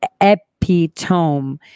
epitome